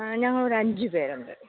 ആ ഞങ്ങളൊരു അഞ്ച് പേരുണ്ട്